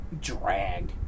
drag